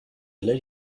lady